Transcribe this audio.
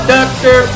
Doctor